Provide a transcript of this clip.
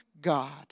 God